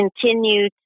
continue